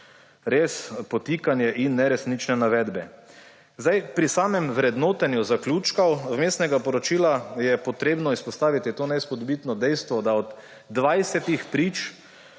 Res, podtikanje in neresnične navedbe. Pri samem vrednotenju zaključkov Vmesnega poročila je treba izpostaviti to neizpodbitno dejstvo, da od 20 prič,